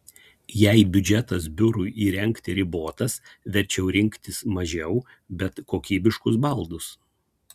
jei biudžetas biurui įrengti ribotas verčiau rinktis mažiau bet kokybiškus baldus